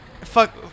Fuck